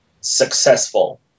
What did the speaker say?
successful